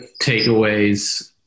takeaways